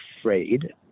afraid